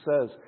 says